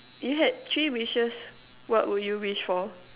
you had three wishes what would you wish for